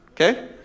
okay